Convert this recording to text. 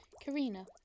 karina